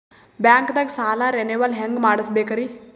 ಬ್ಯಾಂಕ್ದಾಗ ಸಾಲ ರೇನೆವಲ್ ಹೆಂಗ್ ಮಾಡ್ಸಬೇಕರಿ?